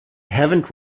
haven’t